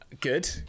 Good